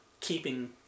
keeping